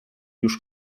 już